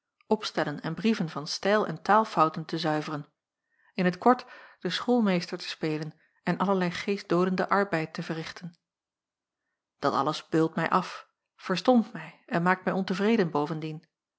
opstellen en brieven van stijl en taalfouten te zuiveren in t kort den schoolmeester te spelen en allerlei geestdoodenden arbeid te verrichten dat alles beult mij af verstompt mij en maakt mij ontevreden bovendien